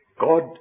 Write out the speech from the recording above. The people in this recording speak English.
God